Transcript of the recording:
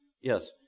Yes